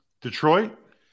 Detroit